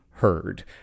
Heard